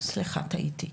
סליחה טעיתי.